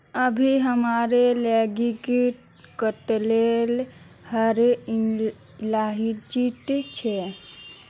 अभी हमार लिगी कतेला हरा इलायची छे